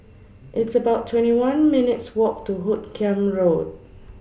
It's about twenty one minutes' Walk to Hoot Kiam Road